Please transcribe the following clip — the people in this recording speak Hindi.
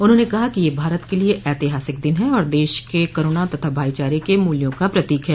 उन्होंने कहा कि यह भारत के लिए ऐतिहासिक दिन है और देश के करूणा तथा भाईचारे के मुल्यों का प्रतीक है